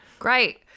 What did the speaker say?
great